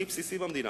הכי בסיסי במדינה.